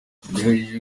biteganyijwe